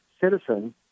citizen